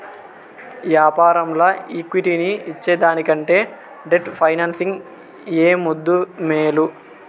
యాపారంల ఈక్విటీని ఇచ్చేదానికంటే డెట్ ఫైనాన్సింగ్ ఏ ముద్దూ, మేలు